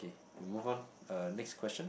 okay you move on uh next question